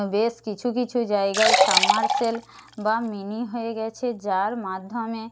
বেশ কিছু কিছু জায়গায় সাবমারসেল বা মিনি হয়ে গিয়েছে যার মাধ্যমে